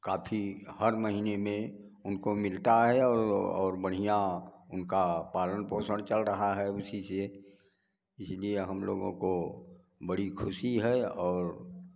काफ़ी हर महीने में उनको मिलता है और और बढ़िया उनका पालन पोषण चल रहा है उसी से इसीलिए हम लोगों को बड़ी खुशी है और